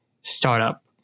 startup